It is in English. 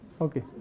Okay